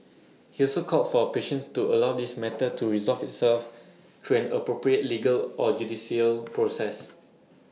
he also called for patience to allow this matter to resolve itself through an appropriate legal or judicial process